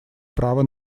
право